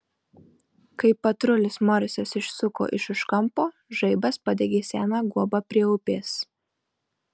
kai patrulis morisas išsuko iš už kampo žaibas padegė seną guobą prie upės